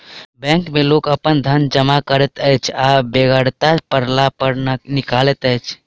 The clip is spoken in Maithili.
बैंक मे लोक अपन धन जमा करैत अछि आ बेगरता पड़ला पर निकालैत अछि